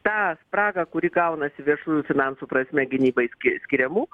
tą spragą kuri gaunasi viešųjų finansų prasme gynybai skiriamų